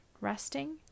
resting